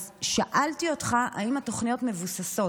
אז שאלתי אותך אם התוכניות מבוססות